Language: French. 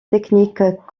technique